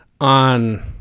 on